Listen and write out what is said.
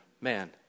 Man